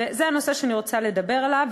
וזה הנושא שאני רוצה לדבר עליו.